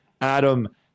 Adam